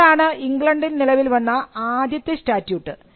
ഇതാണ് ഇംഗ്ലണ്ടിൽ നിലവിൽ വന്ന ആദ്യത്തെ സ്റ്റാറ്റ്യൂട്ട്